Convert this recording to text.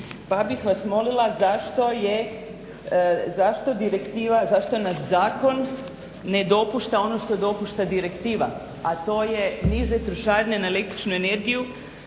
Pa bih vas molila zašto je, zašto direktiva, zašto naš zakon ne dopušta ono što dopušta direktiva, a to je niže trošarine na električnu energiju